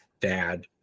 dad